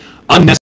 unnecessary